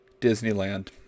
Disneyland